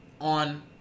On